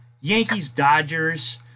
Yankees-Dodgers